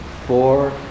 four